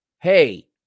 hey